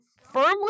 firmly